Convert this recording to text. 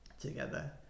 together